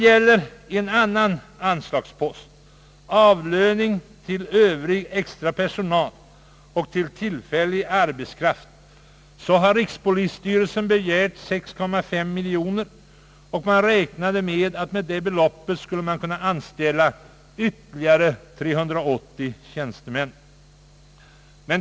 På en annan anslagspost, Avlöning till övrig extra personal och till tillfällig arbetskraft, har rikspolisstyrelsen begärt 6,5 miljoner kronor, för vilket belopp man räknade med att kunna anställa ytterligare 380 tjänstemän.